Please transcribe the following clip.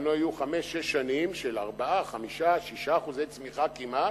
לנו היו חמש-שש שנים של 4%, 5%, 6% צמיחה כמעט,